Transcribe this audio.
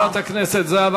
תודה לחברת הכנסת זהבה